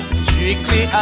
strictly